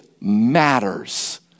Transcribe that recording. matters